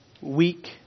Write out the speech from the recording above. weak